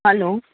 hello